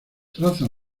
traza